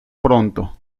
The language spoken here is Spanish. pronto